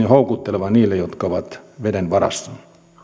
houkutteleva niille jotka ovat veden varassa